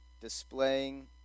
displaying